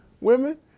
women